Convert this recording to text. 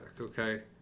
okay